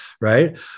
right